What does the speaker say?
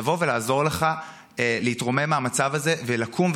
לעזור לך להתרומם מהמצב הזה ולקום,